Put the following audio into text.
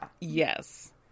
Yes